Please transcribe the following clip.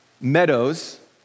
meadows